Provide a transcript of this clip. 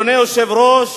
אדוני היושב-ראש,